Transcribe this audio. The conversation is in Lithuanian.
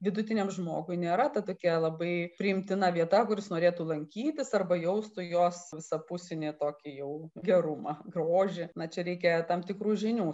vidutiniam žmogui nėra ta tokia labai priimtina vieta kur jis norėtų lankytis arba jaustų jos visapusinį tokį jau gerumą grožį na čia reikia tam tikrų žinių